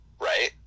right